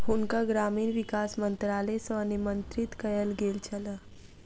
हुनका ग्रामीण विकास मंत्रालय सॅ निमंत्रित कयल गेल छल